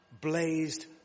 blazed